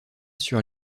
sur